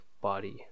body